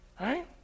right